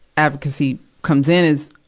advocacy comes in is,